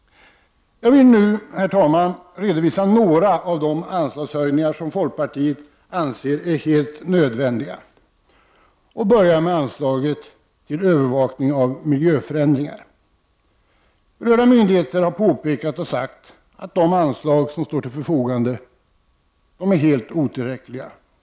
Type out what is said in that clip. Jag vill nu redovisa några av de anslagshöjningar som folkpartiet anser helt nödvändiga och börjar med anslaget till övervakning av miljöförändringar. De berörda myndigheterna har påpekat att de anslag som står till förfogande är helt otillräckliga.